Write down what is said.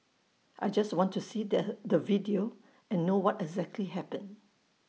I just want to see that the video and know what exactly happened